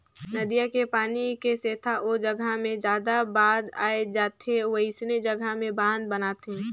नदिया के पानी के सेथा ओ जघा मे जादा बाद आए जाथे वोइसने जघा में बांध बनाथे